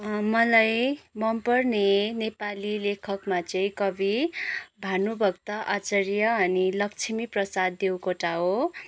मलाई मनपर्ने नेपाली लेखकमा चाहिँ कवि भानुभक्त आचार्य अनि लक्ष्मीप्रसाद देवकोटा हो